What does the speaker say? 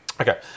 Okay